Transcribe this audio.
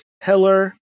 Heller